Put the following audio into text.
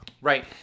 right